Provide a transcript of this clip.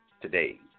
today